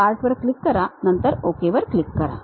Part वर click करा नंतर OK वर क्लिक करा